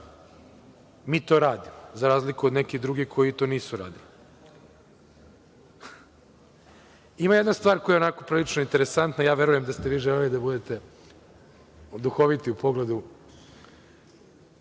Mi to radimo, za razliku od nekih drugih koji to nisu radili. Ima jedna stvar koja je, onako, prilično interesantna, verujem da ste vi želeli da budete duhoviti u pogledu